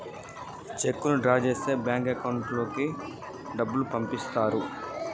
చెక్కును డ్రా చేస్తే bank account లోకి డబ్బులు పంపుతుర్రు